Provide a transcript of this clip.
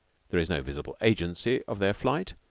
there is no visible agency of their flight,